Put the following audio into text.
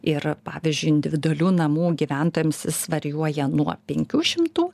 ir pavyzdžiui individualių namų gyventojams jis varijuoja nuo penkių šimtų